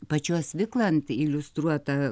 pačios viklant iliustruota